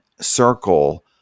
circle